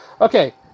Okay